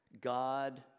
God